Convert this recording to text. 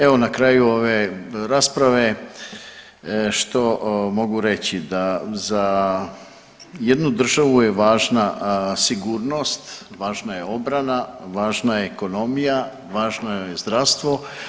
Evo na kraju ove rasprave što mogu reći da za jednu državu je važna sigurnost, važna je obrana, važna je ekonomija, važno je zdravstvo.